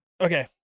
Okay